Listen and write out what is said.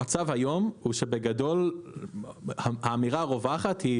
המצב היום הוא שבגדול האמירה הרווחת היא